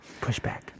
Pushback